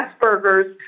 Asperger's